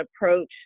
approach